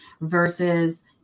versus